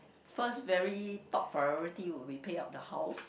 first very top priority would be pay up the house